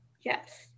Yes